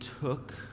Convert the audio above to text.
took